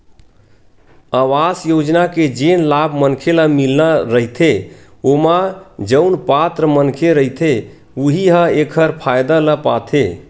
अवास योजना के जेन लाभ मनखे ल मिलना रहिथे ओमा जउन पात्र मनखे रहिथे उहीं ह एखर फायदा ल पाथे